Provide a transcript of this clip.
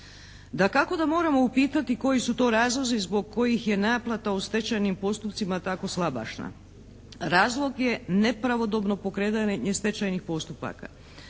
Dakako da moramo upitati koji su to razlozi zbog kojih je naplata u stečajnim postupcima tako slabašna. Razlog je nepravodobno pokretanje stečajnih postupaka.